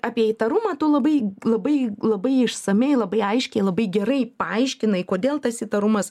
apie įtarumą tu labai labai labai išsamiai labai aiškiai labai gerai paaiškinai kodėl tas įtarumas